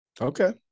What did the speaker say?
Okay